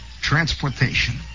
transportation